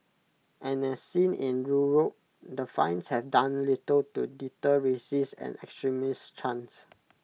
and as seen in Europe the fines have done little to deter racist and extremist chants